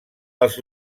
els